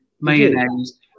mayonnaise